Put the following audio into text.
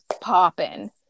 popping